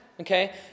okay